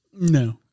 No